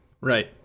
right